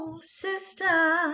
sister